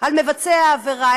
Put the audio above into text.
על מבצע העבירה,